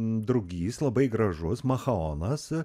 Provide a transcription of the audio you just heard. drugys labai gražus machaonas